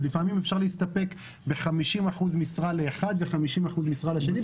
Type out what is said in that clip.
ולפעמים אפשר להסתפק ב-50% משרה לאחד ו-50% משרה לשני.